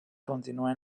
continuen